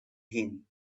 him